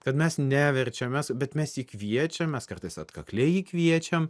kad mes neverčiam mes bet mes jį kviečiam mes kartais atkakliai jį kviečiam